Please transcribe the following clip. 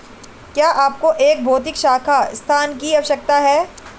क्या आपको एक भौतिक शाखा स्थान की आवश्यकता है?